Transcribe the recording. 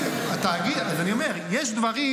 אז אני אומר, יש דברים